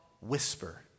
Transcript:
whisper